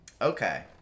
okay